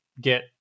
get